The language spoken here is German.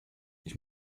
ich